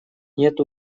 нет